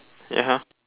ya